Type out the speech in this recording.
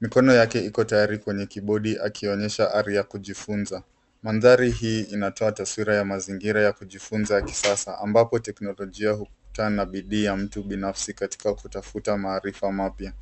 Mikono yake iko tayari kwenye kiibodi akionyesha ari ya kujifunza. Mandhari hii inatoa taswira ya mazingira ya kujifunza kisasa ambapo teknolojia hukutana na bidii ya mtu binafsi katika kutafuta maarifa mapya.